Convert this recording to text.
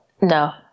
No